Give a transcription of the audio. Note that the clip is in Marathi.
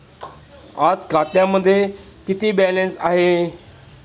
आज खात्यामध्ये किती बॅलन्स आहे?